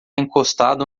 encostado